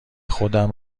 خودم